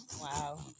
Wow